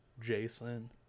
Jason